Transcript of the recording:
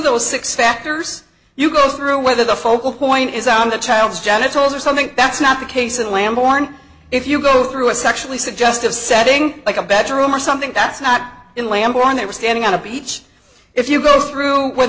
those six factors you go through whether the focal point is on the child's genitals or something that's not the case in lam born if you go through a sexually suggestive setting like a bedroom or something that's not in l'amour and they were standing on a beach if you go through w